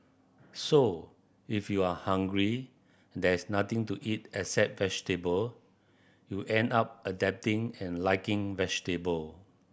so if you are hungry there is nothing to eat except vegetable you end up adapting and liking vegetable